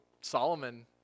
Solomon